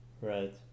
Right